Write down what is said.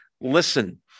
listen